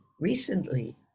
recently